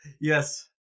yes